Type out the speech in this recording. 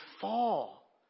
fall